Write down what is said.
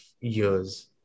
years